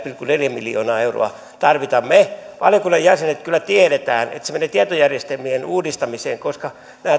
pilkku neljä miljoonaa euroa tarvitaan me valiokunnan jäsenet kyllä tiedämme että se menee tietojärjestelmien uudistamiseen koska nämä